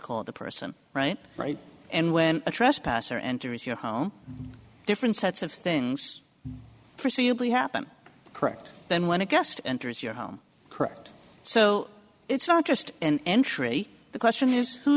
call the person right right and when a trespasser enters your home different sets of things forseeable happen correct then when a guest enters your home correct so it's not just an entry the question is who